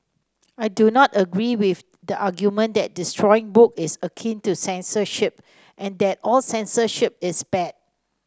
I do not agree with the argument that destroying book is akin to censorship and that all censorship is bad